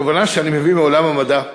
תובנה שאני מביא מעולם המדע: